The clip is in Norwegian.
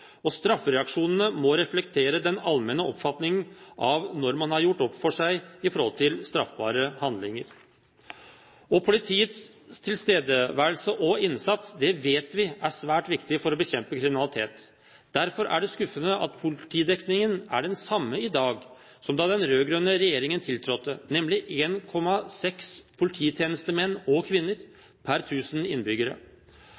og straffereaksjonene må reflektere den allmenne oppfatning av når man har gjort opp for seg for straffbare handlinger. Politiets tilstedeværelse og innsats vet vi er svært viktig for å bekjempe kriminalitet. Derfor er det skuffende at politidekningen er den samme i dag som da den rød-grønne regjeringen tiltrådte – nemlig 1,6 polititjenestemenn og